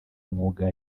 umwuga